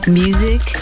music